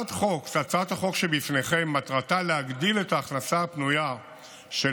הצעת החוק שבפניכם מטרתה להגדיל את ההכנסה הפנויה של